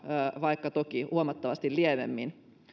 vaikka toki huomattavasti lievemmin